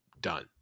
done